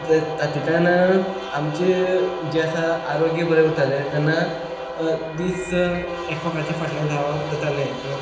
तातूंतल्यान आमची जें आसा आरोग्य बरें उरतालें तेन्ना दीस एकमेकाच्या फाटल्यान धांवप जातालें जर